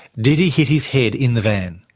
did he hit his head in the van?